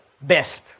best